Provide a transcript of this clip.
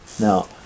Now